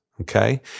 okay